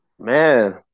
man